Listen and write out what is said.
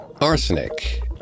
arsenic